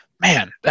man